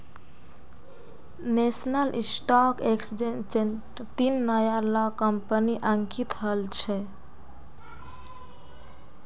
national stock एक्सचेंजट तीन नया ला कंपनि अंकित हल छ